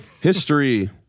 history